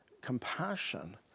compassion